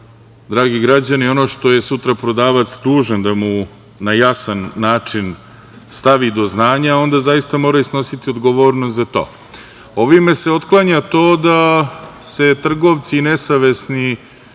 dragi građani, ono što je sutra prodavac dužan da mu na jasan način stavi do znanja, onda zaista moraju snositi odgovornost za to. Ovim se otklanja to da se nesavesni